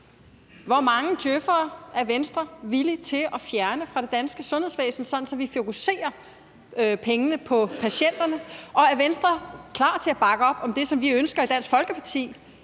Hvor mange djøf'ere er Venstre villig til at fjerne fra det danske sundhedsvæsen, sådan at vi fokuserer pengene på patienterne? Og er Venstre klar til at bakke op om det, som vi ønsker i Dansk Folkeparti,